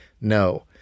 no